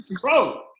bro